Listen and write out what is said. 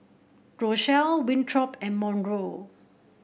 Rochelle Winthrop and Monroe